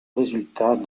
résultat